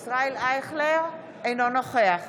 אייכלר, אינו נוכח